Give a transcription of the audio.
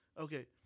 okay